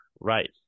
Right